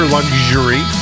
Luxury